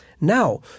Now